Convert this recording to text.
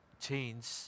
change